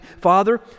Father